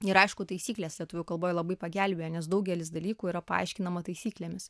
ir aišku taisyklės lietuvių kalboj labai pagelbėjo nes daugelis dalykų yra paaiškinama taisyklėmis